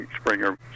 Springer